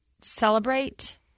celebrate